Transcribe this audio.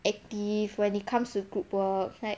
active when it comes to group work like